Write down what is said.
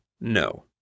no